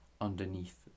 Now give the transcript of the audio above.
underneath